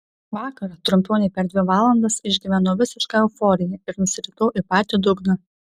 vakar trumpiau nei per dvi valandas išgyvenau visišką euforiją ir nusiritau į patį dugną